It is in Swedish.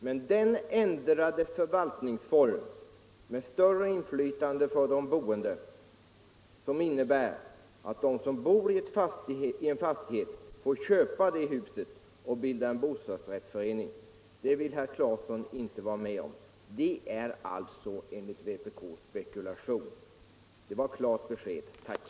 Men den ändrade förvaltningsform med större inflytande för de boende som innebär att de som bor i en fastighet får köpa huset och bilda bostadsrättsförening vill herr Claeson inte vara med om. Enligt vpk är det alltså spekulation. Det var ett klart besked. Tack!